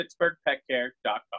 pittsburghpetcare.com